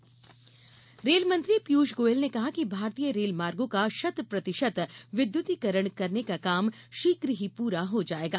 पीयूष गोयल रेलमंत्री पीयूष गोयल ने कहा है कि भारतीय रेलमार्गो का शत प्रतिशत विद्युतीकरण करने का काम शीघ्र ही पूरा हो जाएगा